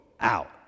out